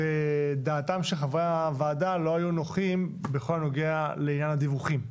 דעתם של חברי הוועדה לא הייתה נוחה בכל הנוגע לעניין הדיווחים.